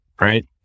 right